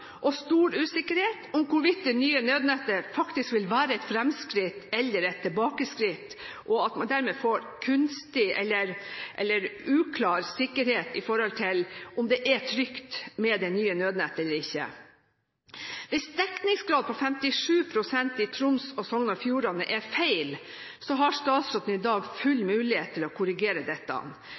og stor usikkerhet om hvorvidt det nye nødnettet faktisk vil være et fremskritt, eller om det vil være et tilbakeskritt, og at man dermed får en kunstig eller uklar sikkerhet med tanke på om det er trygt med det nye nødnettet eller ikke. Hvis en dekningsgrad på 57 pst. i Troms og Sogn og Fjordane er feil, har statsråden i dag full mulighet til å korrigere dette.